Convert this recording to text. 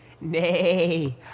Nay